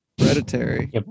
Hereditary